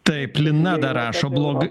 taip lina dar rašo blogi